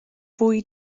fwy